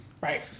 right